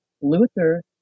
Luther